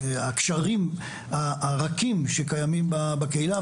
אנחנו יכולים להרחיב את הדיבור בעוד הרבה קשיים במשפט החוקתי.